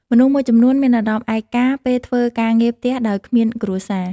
មនុស្សមួយចំំនួនមានអារម្មណ៍ឯកា ពេលធ្វើការងារផ្ទះដោយគ្មានគ្រួសារ។